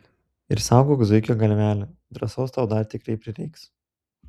ir saugok zuikio galvelę drąsos tau dar tikrai prireiks